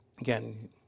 Again